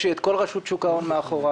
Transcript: יש לי את כל רשות שוק ההון מאחוריי,